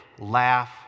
laugh